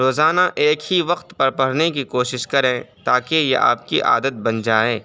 روزانہ ایک ہی وقت پر پڑھنے کی کوشش کریں تاکہ یہ آپ کی عادت بن جائیں